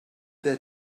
their